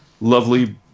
lovely